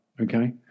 okay